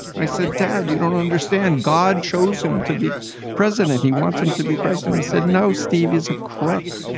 i said, dad, you don't understand. god chose him to be president. he wants him to be president, he said. no, steve is a crook.